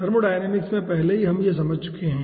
thermodynamics में हम पहले ही यह समझ चुके हैं